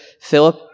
Philip